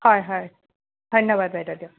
হয় হয় ধন্যবাদ বাইদেউ দিয়ক